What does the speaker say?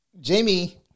Jamie